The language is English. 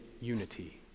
unity